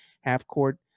half-court